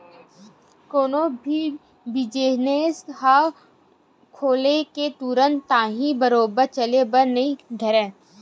कोनो भी बिजनेस ह खोले ले तुरते ताही बरोबर चले बर नइ धरय